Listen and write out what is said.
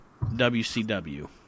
WCW